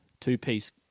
Two-piece